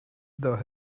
though